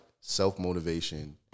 self-motivation